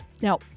Now